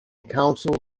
council